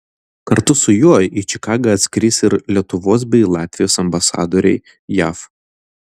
kartu su juo į čikagą atskris ir lietuvos bei latvijos ambasadoriai jav